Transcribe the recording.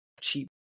Cheap